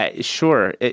sure